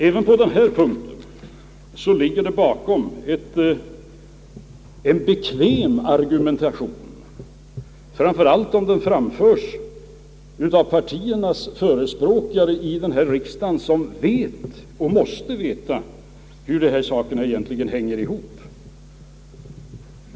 Även på denna punkt ligger det en alltför bekväm argumentation bakom, framför allt om den framförs av partiernas företrädare i denna riksdag, vilka vet och måste veta hur dessa saker egentligen hänger ihop.